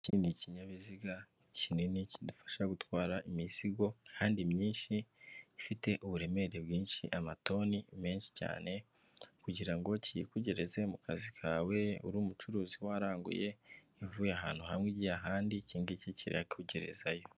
Iki ni kinyabiziga kinini kidufasha gutwara imizigo kandi myinshi, ifite uburemere bwinshi amatoni menshi cyane kugirango cyiyikugereze mu kazi kawe, uri umucuruzi waranguye uvuye ahantu hamwe ugiye ahandi iki ngiki kiragerezayo.